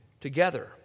together